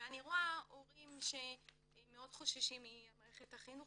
ואני רואה הורים שמאוד חוששים ממערכת החינוך